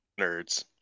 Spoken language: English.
nerds